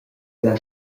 ella